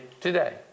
today